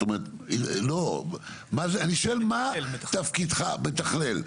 זאת אומרת, אני שואל מה תפקידך המתכלל.